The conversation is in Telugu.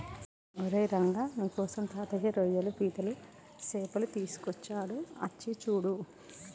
ఓరై రంగ నీకోసం తాతయ్య రోయ్యలు పీతలు సేపలు తీసుకొచ్చాడు అచ్చి సూడు